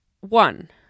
one